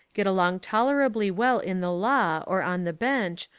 get along tolerably well in the law, or on the bench,